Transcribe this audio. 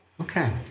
Okay